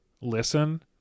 listen